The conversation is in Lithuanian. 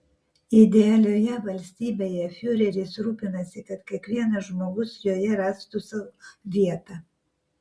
idealioje valstybėje fiureris rūpinasi kad kiekvienas žmogus joje rastų sau vietą